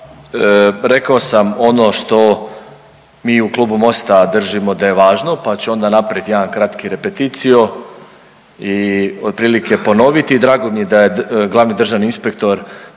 rekao sam ono što mi u Klubu Mosta držimo da je važno, pa ću onda napravit jedan kratki repeticio i otprilike ponoviti i drago mi je da je glavni državni inspektor